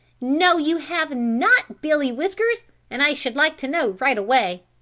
no, you have not, billy whiskers, and i should like to know right away.